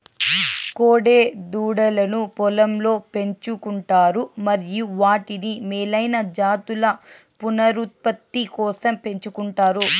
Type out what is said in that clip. కోడె దూడలను పొలంలో పెంచు కుంటారు మరియు వాటిని మేలైన జాతుల పునరుత్పత్తి కోసం పెంచుకుంటారు